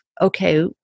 okay